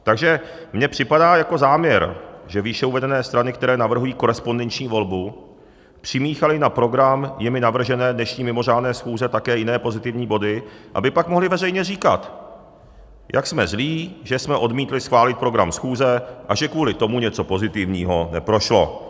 Takže mně připadá jako záměr, že výše uvedené strany, které navrhují korespondenční volbu, přimíchaly na program jimi navržené dnešní mimořádné schůze také jiné pozitivní body, aby pak mohly veřejně říkat, jak jsme zlí, že jsme odmítli schválit program schůze a že kvůli tomu něco pozitivního neprošlo.